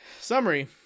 Summary